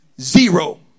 Zero